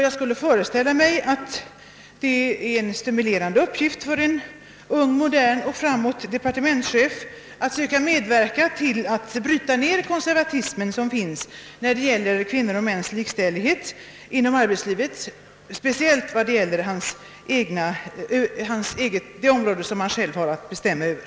Jag föreställer mig att det är en stimulerande uppgift för en ung, modern och framåtsträvande departementschef att söka medverka till att bryta ned den konservatism som finns i fråga om kvinnors och mäns likställighet inom arbetslivet, speciellt inom det område han själv har att bestämma över.